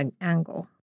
angle